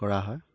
কৰা হয়